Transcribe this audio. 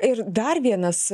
ir dar vienas